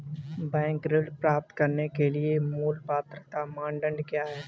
Bank ऋण प्राप्त करने के लिए मूल पात्रता मानदंड क्या हैं?